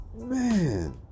Man